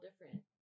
different